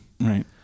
Right